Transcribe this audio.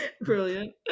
Brilliant